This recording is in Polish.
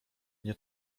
nie